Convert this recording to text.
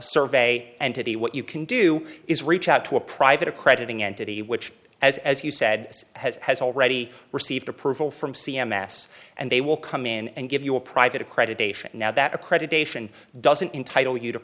survey entity what you can do is reach out to a private accrediting entity which has as you said has has already received approval from c m s and they will come in and give you a private accreditation now that accreditation doesn't entitle you to